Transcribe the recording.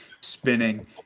spinning